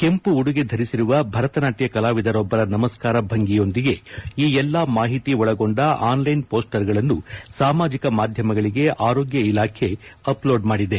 ಕೆಂಪು ಉಡುಗೆ ಧರಿಸಿರುವ ಭರತನಾಟ್ಯ ಕಲಾವಿದರೊಬ್ಬರ ನಮಸ್ಕಾರ ಭಂಗಿಯೊಂದಿಗೆ ಈ ಎಲ್ಲಾ ಮಾಹಿತಿ ಒಳಗೊಂಡ ಆನ್ಲೈನ್ ಶೋಸ್ಸರ್ಗಳನ್ನು ಸಾಮಾಜಿಕ ಮಾಧ್ಯಮಗಳಗೆ ಆರೋಗ್ಯ ಇಲಾಖೆ ಅಪ್ಲೋಡ್ ಮಾಡಿದೆ